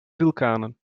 vulkanen